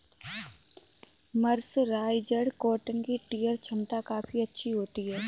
mercerised cotton की tear छमता काफी अच्छी होती है